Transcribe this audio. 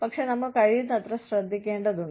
പക്ഷേ നമ്മൾ കഴിയുന്നത്ര ശ്രദ്ധിക്കേണ്ടതുണ്ട്